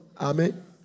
Amen